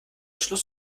schluss